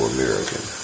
American